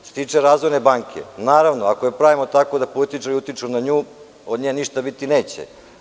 Što se tiče Razvojne banke, naravno, ako je pravimo tako da političari utiču na nju, od nje ništa biti neće.